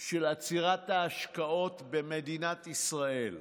של עצירת ההשקעות במדינת ישראל,